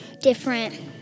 different